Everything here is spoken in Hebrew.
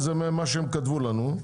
זה מה שהם כתבו לנו,